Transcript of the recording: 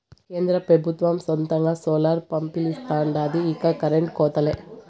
కేంద్ర పెబుత్వం సొంతంగా సోలార్ పంపిలిస్తాండాది ఇక కరెంటు కోతలే